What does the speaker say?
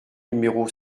numéro